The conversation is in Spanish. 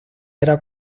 era